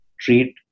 treat